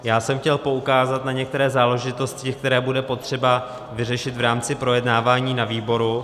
Já jsem chtěl poukázat na některé záležitosti, které bude potřeba vyřešit v rámci projednávání na výboru.